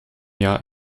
jahr